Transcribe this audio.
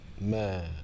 Man